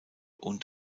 und